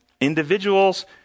individuals